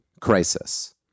crisis